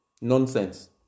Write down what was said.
nonsense